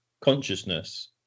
consciousness